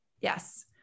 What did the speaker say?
yes